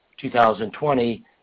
2020